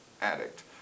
addict